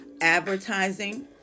advertising